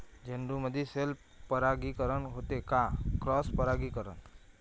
झेंडूमंदी सेल्फ परागीकरन होते का क्रॉस परागीकरन?